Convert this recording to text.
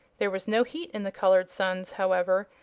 there was no heat in the colored suns, however,